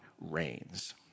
reigns